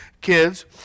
kids